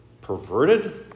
perverted